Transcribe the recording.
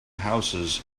houses